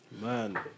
Man